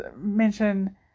mention